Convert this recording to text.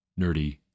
nerdy